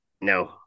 No